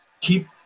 keep